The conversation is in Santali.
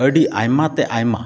ᱟᱹᱰᱤ ᱟᱭᱢᱟᱛᱮ ᱟᱭᱢᱟ